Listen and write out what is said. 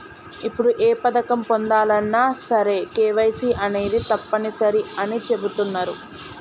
ఇప్పుడు ఏ పథకం పొందాలన్నా సరే కేవైసీ అనేది తప్పనిసరి అని చెబుతున్నరు